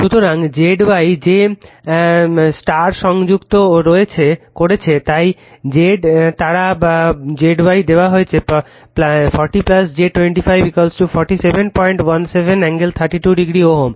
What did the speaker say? সুতরাং Z y যে তারাটি সংযুক্ত করেছে তাই Z তারা বা Z y দেওয়া হয়েছে 40 j 25 4717 কোণ 32o Ω